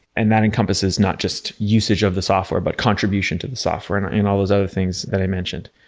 and that encompasses not just usage of the software, but contribution to the software and and all those other things that i mentioned.